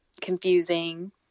confusing